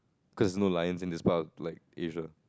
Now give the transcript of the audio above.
cause there's no lions in this part of like Asia